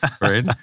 right